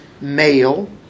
Male